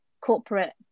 corporate